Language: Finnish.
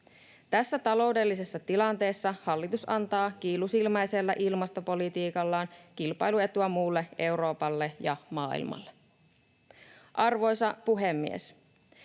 Tässä taloudellisessa tilanteessa hallitus antaa kiilusilmäisellä ilmastopolitiikallaan kilpailuetua muulle Euroopalle ja maailmalle. Arvoisa puhemies!